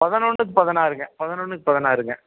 பதினொன்றுக்கு பதினாருங்க பதினொன்றுக்கு பதினாருங்க